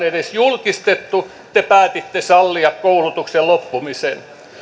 edes julkistettu te päätitte sallia koulutuksen loppumisen